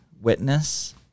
witness